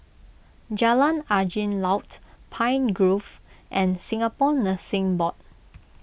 Jalan Angin Laut Pine Grove and Singapore Nursing Board